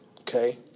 okay